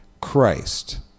Christ